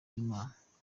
w’imana